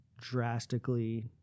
drastically